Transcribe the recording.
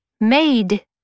made